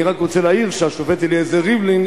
אני רק רוצה להעיר שהשופט אליעזר ריבלין,